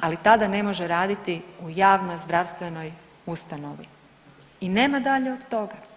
ali tada ne može raditi u javnoj zdravstvenoj ustanovi i nema dalje od toga.